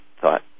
thought